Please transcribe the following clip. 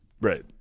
Right